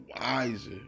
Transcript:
wiser